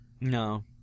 no